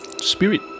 spirit